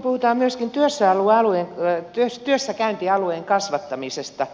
nyt kun puhutaan myöskin työssäkäyntialueen kasvattamisesta